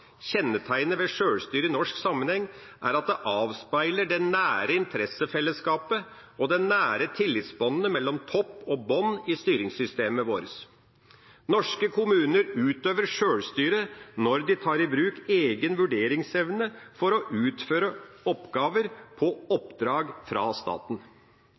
Kjennetegnet ved sjølstyre i norsk sammenheng er at det avspeiler det nære interessefellesskapet og de nære tillitsbåndene mellom topp og bunn i styringssystemet vårt. Norske kommuner utøver sjølstyre når de tar i bruk egen vurderingsevne for å utføre oppgaver på oppdrag fra staten.